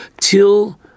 till